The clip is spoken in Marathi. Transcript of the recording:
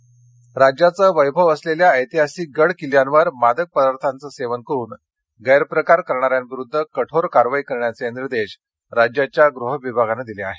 गड किल्ले राज्याचं वैभव असलेल्या ऐतिहासिक गड किल्ल्यांवर मादक पदार्थांचं सेवन करुन गैरप्रकार करणाऱ्यांविरुद्ध कठोर कारवाई करण्याचे निर्देश राज्याच्या गृह विभागानं दिले आहेत